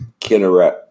Kinneret